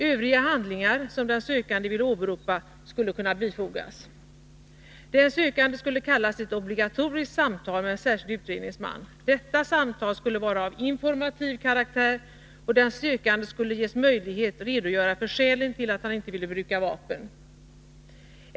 Övriga handlingar som den sökande ville åberopa skulle kunna bifogas. Den sökande skulle kallas till obligatoriskt samtal med en särskild utredningsman. Detta samtal skulle vara av informativ karaktär och den sökande skulle också ges möjlighet att redogöra för skälen till att han inte ville bruka vapen.